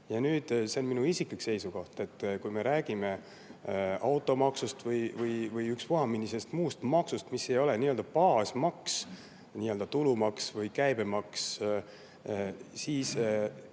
pidi. Minu isiklik seisukoht on, et kui me räägime automaksust või ükspuha millisest muust maksust, mis ei ole nii-öelda baasmaks, [nagu on] tulumaks või käibemaks, siis